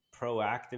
proactive